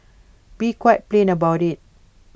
be quite plain about IT